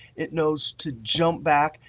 it knows to jump back,